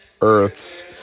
earths